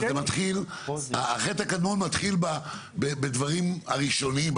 אבל החטא הקדמון מתחיל בדברים הראשונים,